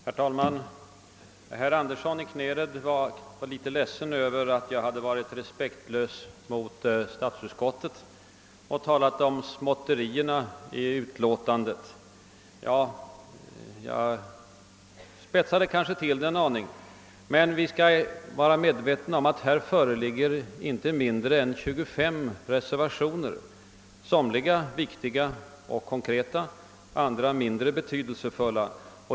Herr talman! Herr Andersson i Knäred var ledsen över att jag hade varit respektlös mot statsutskottet och talat om »småtterierna» i utlåtandet. Ja, jag spetsade kanske till formuleringen. Här föreligger emellertid inte mindre än 25 reservationer, somliga viktiga och konkreta, andra mindre betydelsefulla.